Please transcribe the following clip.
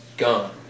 gone